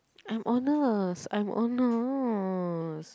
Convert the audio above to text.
I'm honest I'm honest